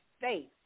faith